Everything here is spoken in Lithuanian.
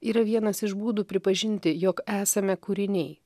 yra vienas iš būdų pripažinti jog esame kūriniai